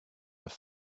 have